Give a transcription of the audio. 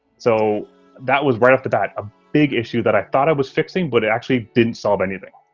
so that was right off the bat a big issue that i thought i was fixing but actually didn't solve anything.